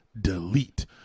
delete